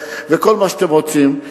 וכל מה שאתם רוצים,